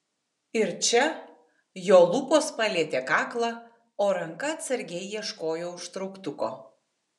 ir čia jo lūpos palietė kaklą o ranka atsargiai ieškojo užtrauktuko